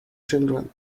children